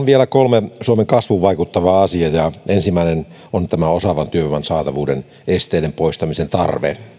vielä kolme suomen kasvuun vaikuttavaa asiaa ensimmäinen on osaavan työvoiman saatavuuden esteiden poistamisen tarve